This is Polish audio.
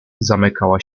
zamykała